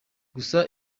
gusa